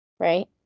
right